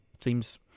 Seems